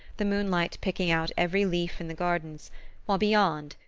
the moonlight picking out every leaf in the gardens while beyond,